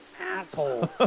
asshole